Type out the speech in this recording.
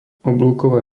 oblúková